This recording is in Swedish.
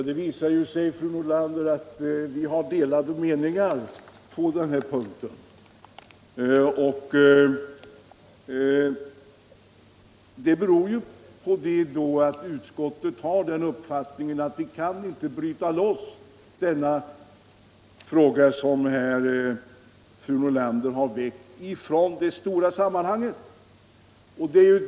Herr talman! Vi har delade meningar på den här punkten, fru Nordlander. Utskottet har uppfattningen att vi inte kan bryta loss den fråga som fru Nordlander tagit upp ur det stora sammanhanget.